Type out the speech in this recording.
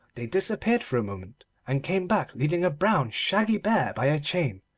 they disappeared for a moment and came back leading a brown shaggy bear by a chain,